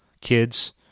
kids